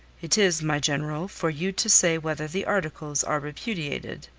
it is, my general, for you to say whether the articles are repudiated.